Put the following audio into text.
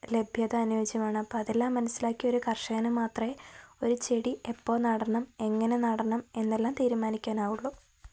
ലഭ്യത അനുയോജ്യമാണ് അപ്പോള് അതെല്ലാം മനസ്സിലാക്കിയ ഒരു കർഷകന് മാത്രമേ ഒരു ചെടി എപ്പോള് നടണം എങ്ങനെ നടണമെന്നല്ലാം തീരുമാനിക്കാനാവുകയുള്ളൂ